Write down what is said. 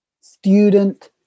Student